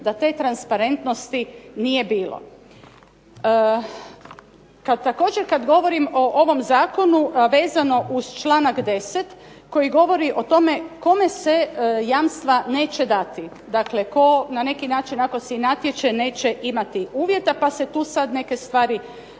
da te transparentnosti nije bilo. Također kad govorimo o ovom zakonu vezano uz članak 10. koji govori o tome kome se jamstva neće dati, dakle tko na neki način ako se natječe neće imati uvjeta pa se tu sad neke stvari nabrajaju,